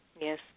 Yes